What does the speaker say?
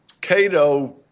Cato